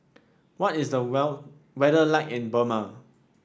what is the well weather like in Burma